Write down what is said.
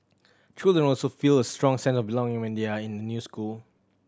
children also feel a strong sense of belonging when they are in a new school